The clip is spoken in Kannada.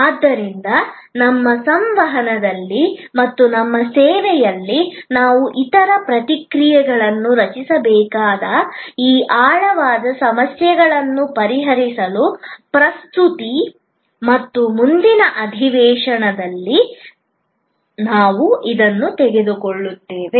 ಆದ್ದರಿಂದ ನಮ್ಮ ಸಂವಹನದಲ್ಲಿ ಮತ್ತು ನಮ್ಮ ಸೇವೆಯಲ್ಲಿ ನಾವು ಇತರ ಪ್ರತಿಕ್ರಿಯೆಗಳನ್ನು ರಚಿಸಬೇಕಾಗಿದೆ ಈ ಆಳವಾದ ಸಮಸ್ಯೆಗಳನ್ನು ಪರಿಹರಿಸಲು ಪ್ರಸ್ತುತಿ ಮತ್ತು ಮುಂದಿನ ಅಧಿವೇಶನದಲ್ಲಿ ನಾವು ಅದನ್ನು ತೆಗೆದುಕೊಳ್ಳುತ್ತೇವೆ